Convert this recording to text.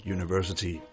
University